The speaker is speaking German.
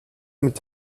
mit